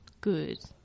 Good